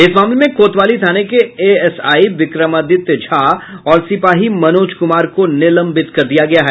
इस मामले में कोतवाली थाने के एएसआई विक्रमादित्य झा और सिपाही मनोज कुमार को निलंबित कर दिया गया है